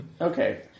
Okay